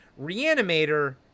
Reanimator